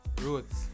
Roots